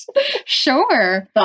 Sure